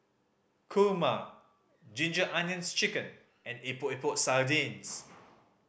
kurma Ginger Onions Chicken and Epok Epok Sardin